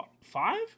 Five